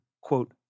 quote